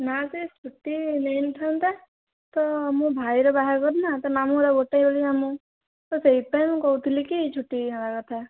ନା ସେ ଛୁଟି ନେଇନଥାନ୍ତା ତ ମୋ ଭାଇର ବାହାଘର ନା ତା' ମାମୁଁ ଗୋଟାଏ ବୋଲି ମାମୁଁ ତ ସେଇଥିପାଇଁ ମୁଁ କହୁଥିଲି କି ଛୁଟି ନେବା କଥା